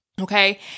Okay